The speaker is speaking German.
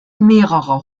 mehrerer